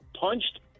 punched